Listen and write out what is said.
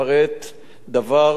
דבר ללא הסכמת האסיר.